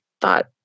thought